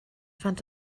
fand